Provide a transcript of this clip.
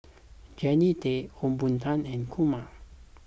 Jannie Tay Ong Boon Tat and Kumar